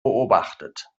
beobachtet